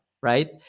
right